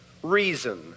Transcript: reason